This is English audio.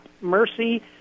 Mercy